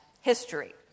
history